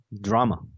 drama